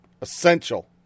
Essential